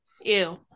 Ew